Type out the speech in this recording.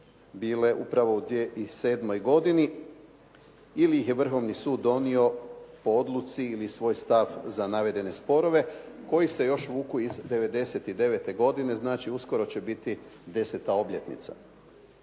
bile upravo u 2007. godini ili ih je vrhovni sud donio po odluci ili svoj stav za navedene sporove koji se još vuku iz 99. godine. Znači, uskoro će biti deseta obljetnica.